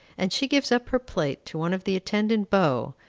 and she gives up her plate to one of the attendant beaux,